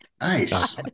Nice